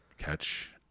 Catch